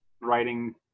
writing